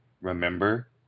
remember